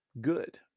Good